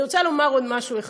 אני רוצה לומר עוד משהו.